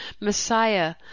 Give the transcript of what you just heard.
Messiah